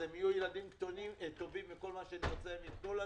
אז הם יהיו ילדים טובים וכל מה שנרצה הם ייתנו לנו?